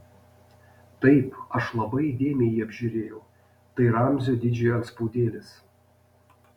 taip aš labai įdėmiai jį apžiūrėjau tai ramzio didžiojo antspaudėlis